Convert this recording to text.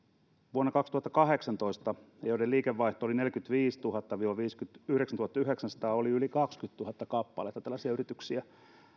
vuonna kaksituhattakahdeksantoista tällaisia yrityksiä joiden liikevaihto oli neljäkymmentäviisituhatta viiva viisikymmentäyhdeksäntuhattayhdeksänsataa oli yli kaksikymmentätuhatta kappaletta